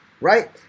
right